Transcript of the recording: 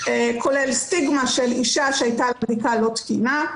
כולל סטיגמה של אישה שהייתה על בדיקה לא תקינה,